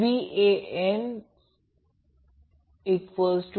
मग Rg च्या कोणत्या मूल्यामुळे टर्मिनल AB मध्ये मॅक्झिमम पॉवर ट्रान्सफर होते